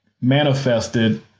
manifested